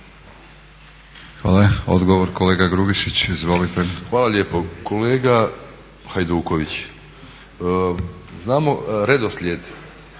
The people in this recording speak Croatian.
Hvala lijepo. Kolega Hajduković, znamo redoslijed